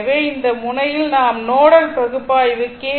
எனவே இந்த முனையில் நாம் நோடல் பகுப்பாய்வு கே